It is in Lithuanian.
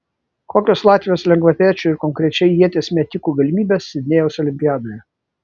kokios latvijos lengvaatlečių ir konkrečiai ieties metikų galimybės sidnėjaus olimpiadoje